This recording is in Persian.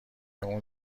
اون